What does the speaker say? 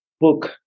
Book